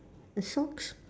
a socks